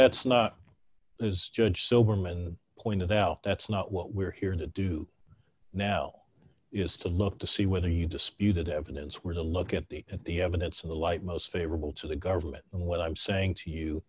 that's not as judge so berman pointed out that's not what we're here to do now is to look to see whether you disputed evidence were to look at the at the evidence of the light most favorable to the government and what i'm saying to you